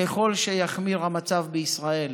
ככל שיחמיר המצב בישראל